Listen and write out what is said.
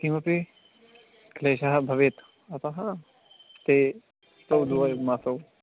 किमपि क्लेशः भवेत् अतः ते तौ द्वौ मासौ